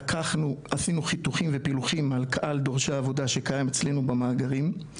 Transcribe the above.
עשינו חיתוכים ופילוחים על קהל דורשי העבודה שקיים אצלנו במאגרים,